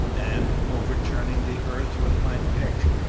and, overturning the earth with my pick,